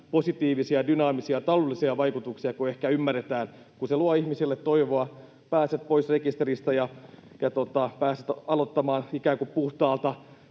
positiivisia, dynaamisia taloudellisia vaikutuksia kuin ehkä ymmärretään, kun se luo ihmiselle toivoa — pääset pois rekisteristä ja pääset aloittamaan ikään kuin puhtaalta